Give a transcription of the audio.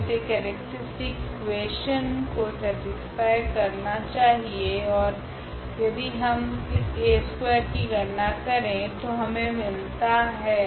तो इसे characteristic equation को सेटीस्फाइ करना चाहिए ओर यदि हम इस A2 की गणना करे तो हमे मिलता है